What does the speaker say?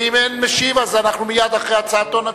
ואם אין משיב אז מייד לאחר הצעתו נצביע.